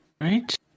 Right